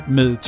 med